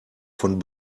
von